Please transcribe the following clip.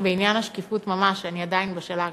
בעניין השקיפות ממש, אני עדיין בשאלה הראשונה,